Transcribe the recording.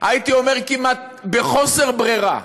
הייתי אומר כמעט בחוסר ברירה,